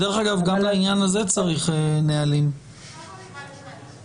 דרך אגב, גם לעניין הזה צריך נהלים, לא?